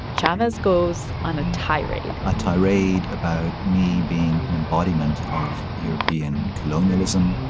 chavez goes on a tirade a tirade about me being an embodiment of european colonialism,